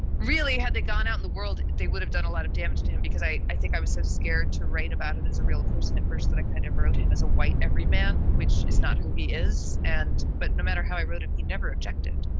really? had they gone out in the world, they would have done a lot of damage to him because i i think i was so scared to write about it as a real person at first that i kind of wrote him as a white every man, which is not who he is. and but no matter how i wrote him, he never objected.